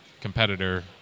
competitor